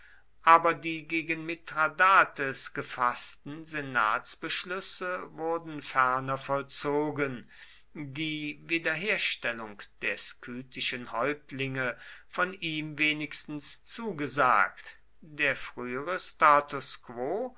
aber die gegen mithradates gefaßten senatsbeschlüsse wurden ferner vollzogen die wiederherstellung der skythischen häuptlinge von ihm wenigstens zugesagt der frühere status quo